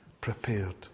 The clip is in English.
prepared